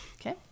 Okay